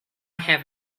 have